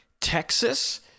Texas